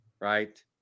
Right